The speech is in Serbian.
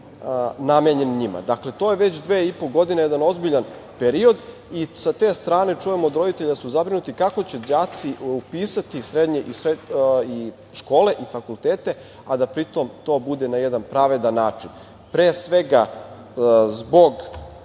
namenjen njima? Dakle, to je već dve i po godine, jedan ozbiljan period. Sa te strane čujem od roditelja da su zabrinuti kako će đaci upisati srednje škole i fakultete, a da pri tom to bude na jedan pravedan način. Pre svega, zbog